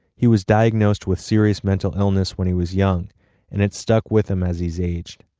he was diagnosed with serious mental illness when he was young and it's stuck with him as he's aged.